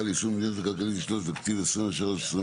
ליישום המדיניות הכלכלית לשנות התקציב 2023 ו-2024),